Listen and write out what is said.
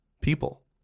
people